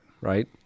Right